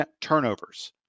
turnovers